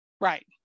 right